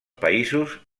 països